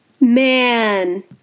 Man